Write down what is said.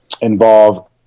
involve